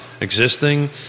existing